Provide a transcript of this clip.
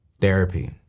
therapy